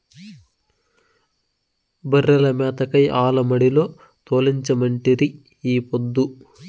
బర్రెల మేతకై ఆల మడిలో తోలించమంటిరి ఈ పొద్దు